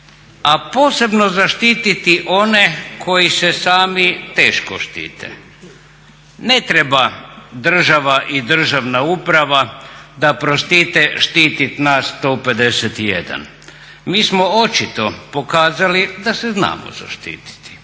a posebno zaštititi one koji se sami teško štite. Ne treba država i državna uprava da prostite štitit nas 151, mi smo očito pokazali da se znamo zaštititi